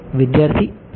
વિદ્યાર્થી 5